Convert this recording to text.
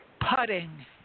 Putting